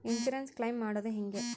Insurance claim ಮಾಡದು ಹೆಂಗೆ?